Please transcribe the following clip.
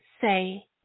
say